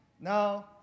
Now